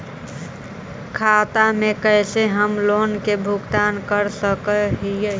खाता से कैसे हम लोन के भुगतान कर सक हिय?